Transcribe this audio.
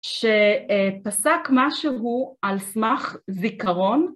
שפסק משהו על סמך זיכרון.